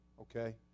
okay